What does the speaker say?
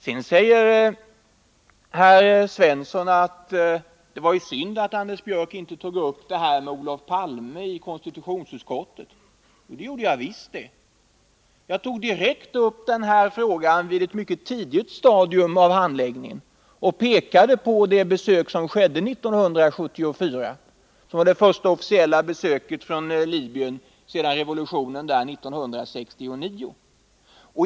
Sedan säger Olle Svensson att det var synd att Anders Björck inte i konstitutionsutskottet tog upp detta med Olof Palme. Det gjorde jag visst. Jag tog upp denna fråga på ett mycket tidigt stadium av handläggningen och pekade på det besök som en representant från Libyen gjorde här 1974. Det var f. ö. det första officiella besöket här sedan revolutionen i Libyen 1969.